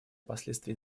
последствий